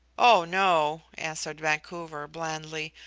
oh no, answered vancouver, blandly,